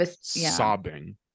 sobbing